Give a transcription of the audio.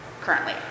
currently